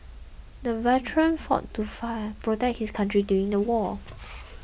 the veteran fought to fire protect his country during the war